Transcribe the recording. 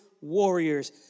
warriors